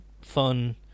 fun